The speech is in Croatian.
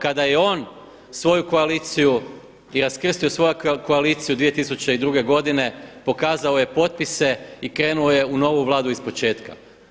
Kada je on svoju koaliciju i raskrstio svoju koaliciju 2002. godine pokazao je potpise i krenuo je u novu Vladu ispočetka.